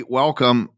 welcome